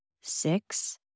six